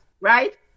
right